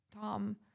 Tom